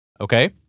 Okay